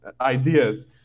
ideas